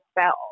spell